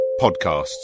podcasts